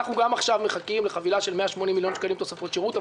אנחנו גם מחכים עכשיו לחבילה של 180 מיליון שקלים תוספות שירות.